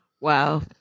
Wow